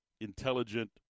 intelligent